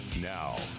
now